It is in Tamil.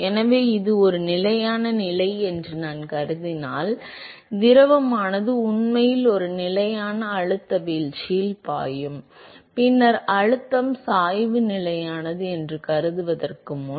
எனவே இது ஒரு நிலையான நிலை என்று நான் கருதினால் திரவமானது உண்மையில் ஒரு நிலையான அழுத்த வீழ்ச்சியில் பாயும் பின்னர் அழுத்தம் சாய்வு நிலையானது என்று கருதுவதற்கு முன்